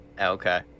Okay